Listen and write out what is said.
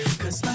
Cause